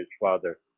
father